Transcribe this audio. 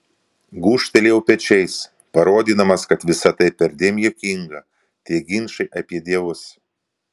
gūžtelėjau pečiais parodydamas kad visa tai perdėm juokinga tie ginčai apie dievus